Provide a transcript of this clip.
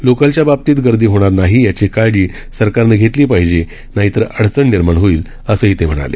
लोकलच्या बाबतीत गर्दी होणार नाही याची काळजी सरकारनं घेतली पाहिजे नाही तर अडचण निर्माण होईल असंही ते म्हणाले